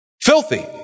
filthy